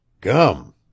Gum